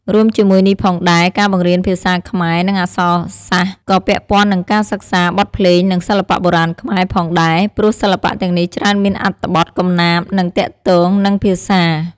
រួមជាមួយនេះផងដែរ ការបង្រៀនភាសាខ្មែរ និងអក្សរសាស្ត្រ ក៏ពាក់ព័ន្ធនឹងការសិក្សា បទភ្លេង និងសិល្បៈបុរាណខ្មែរ ផងដែរ ព្រោះសិល្បៈទាំងនេះច្រើនមានអត្ថបទកំណាព្យ និងទាក់ទងនឹងភាសា។